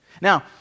Now